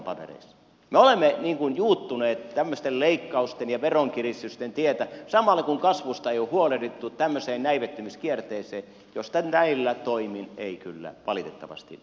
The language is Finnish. me olemme juuttuneet tämmöisten leikkausten ja veronkiristysten tielle samalla kun kasvusta ei ole huolehdittu tämmöiseen näivettymiskierteeseen josta näillä toimin ei kyllä valitettavasti